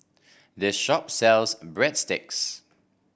this shop sells Breadsticks